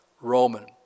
Roman